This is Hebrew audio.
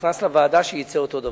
שנכנס לוועדה, שהוא יצא אותו דבר,